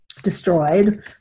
destroyed